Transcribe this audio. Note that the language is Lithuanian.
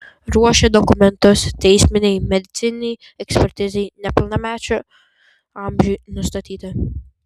ruošia dokumentus teisminei medicininei ekspertizei nepilnamečių amžiui nustatyti